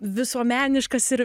visuomeniškas ir